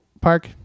Park